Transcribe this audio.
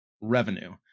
revenue